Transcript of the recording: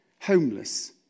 homeless